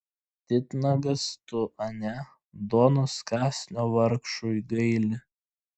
titnagas tu ane duonos kąsnio vargšui gaili